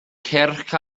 cyrch